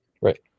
Right